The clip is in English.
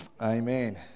Amen